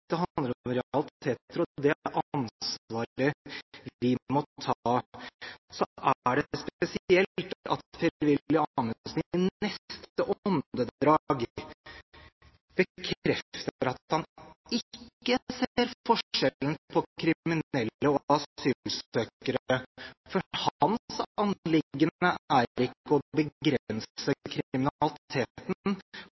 dette handler ikke om semantikk, dette handler om realiteter og det ansvaret vi må ta. Så er det spesielt at Per-Willy Amundsen i neste åndedrag bekrefter at han ikke ser forskjellen på kriminelle og asylsøkere, for hans anliggende